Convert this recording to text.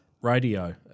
radio